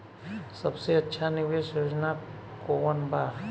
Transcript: सबसे अच्छा निवेस योजना कोवन बा?